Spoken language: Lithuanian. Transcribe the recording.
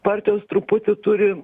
partijos truputį turi